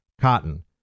Cotton